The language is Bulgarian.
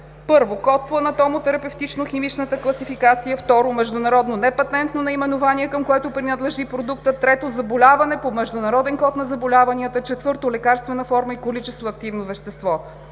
1. код по анатомо-терапевтично-химичната класификация; 2. международно непатентно наименование, към което принадлежи продуктът; 3. заболяване по международен код на заболяванията; 4. лекарствена форма и количество активно вещество;